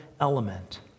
element